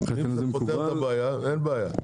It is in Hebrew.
זה פותר את הבעיה, אין בעיה.